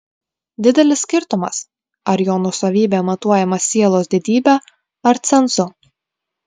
didelis skirtumas ar jo nuosavybė matuojama sielos didybe ar cenzu